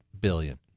billion